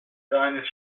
seines